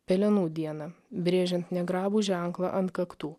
pelenų dieną brėžiant negrabų ženklą ant kaktų